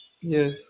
Yes